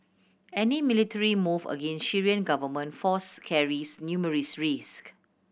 any military move against Syrian government force carries numerous risk